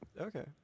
Okay